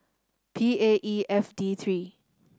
P A E F D three